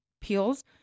peels